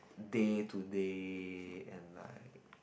day to day and like